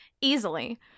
Easily